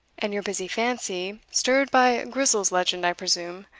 and your busy fancy, stirred by grizel's legend i presume,